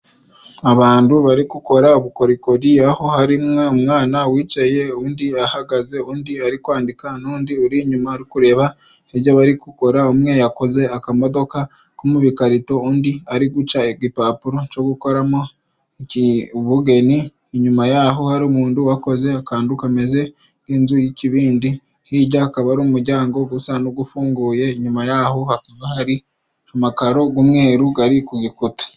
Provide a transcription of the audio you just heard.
Abantu bari gukora ubukorikori, aho hari umwana wicaye, undi ahagaze, undi ari kwandika n'undi uri inyuma ari kureba ibyo bari gukora, umwe yakoze akamodoka ko mu bikarito, undi ari guca igipapuro co gukoramo ubugeni, inyuma yaho hari umuntu wakoze akantu kameze nk'inzu y'ikibindi, hijya akaba ari umujyango gusa n' ugufunguye, inyuma yaho hakaba hari amakaro g'umweru gari ku gikuta.